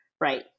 right